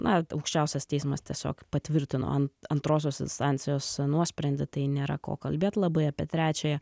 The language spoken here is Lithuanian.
na aukščiausias teismas tiesiog patvirtino antrosios instancijos nuosprendį tai nėra ko kalbėt labai apie trečiąją